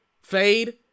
Fade